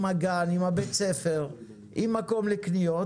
עם הגן עם הבית ספר עם מקום לקניות,